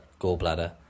gallbladder